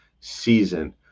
season